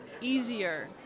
easier